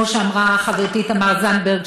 כמו שאמרה חברתי תמר זנדברג,